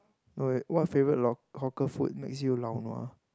wait wait what favorite lo~ hawker food laonua